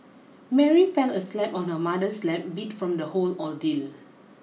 Mary fell asleep on her mother's lap beat from the whole ordeal